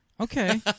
okay